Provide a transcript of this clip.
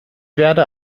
werde